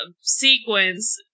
sequence